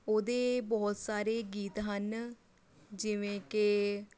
ਉਹਦੇ ਬਹੁਤ ਸਾਰੇ ਗੀਤ ਹਨ ਜਿਵੇਂ ਕਿ